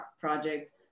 project